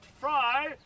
Fry